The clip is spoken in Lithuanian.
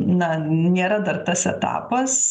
na nėra dar tas etapas